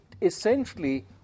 Essentially